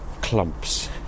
clumps